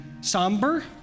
somber